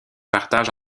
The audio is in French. partagent